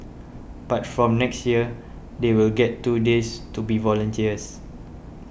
but from next year they will get two days to be volunteers